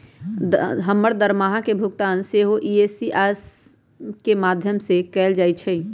हमर दरमाहा के भुगतान सेहो इ.सी.एस के माध्यमें से कएल जाइ छइ